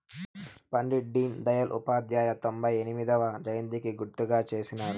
పండిట్ డీన్ దయల్ ఉపాధ్యాయ తొంభై ఎనిమొదవ జయంతికి గుర్తుగా చేసినారు